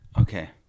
Okay